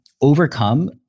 overcome